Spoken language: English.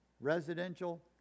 residential